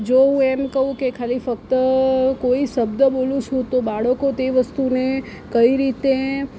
જો હું એમ કહું કે ખાલી ફક્ત કોઈ શબ્દ બોલું છું તો બાળકો તે વસ્તુને કઈ રીતે